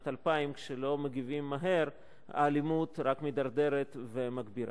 2000. כשלא מגיבים מהר האלימות רק מידרדרת וגוברת.